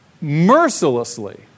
mercilessly